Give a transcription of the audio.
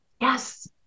Yes